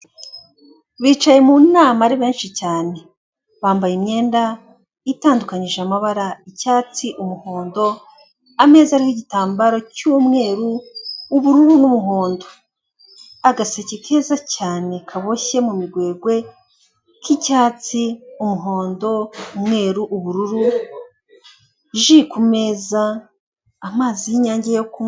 Bicaye mu nama ari benshi cyane, bambaye imyenda itandukanyije amabara, icyatsi, umuhondo, ameza ariho igitambaro cy'umweru, ubururu n'umuhondo, agaseke keza cyane kaboshye mu migwegwe k'icyatsi, umuhondo, umweruru, ubururu, ji kumeza, amazi y'inyange yo kunywa.